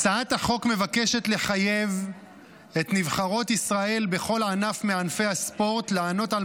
הצעת החוק מבקשת לחייב את נבחרות ישראל בכל ענף מענפי הספורט לענוד על